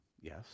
yes